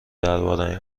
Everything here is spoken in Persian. درباره